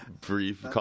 brief